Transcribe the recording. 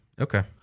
Okay